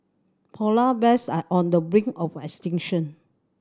polar bears are on the brink of extinction